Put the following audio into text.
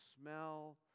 smell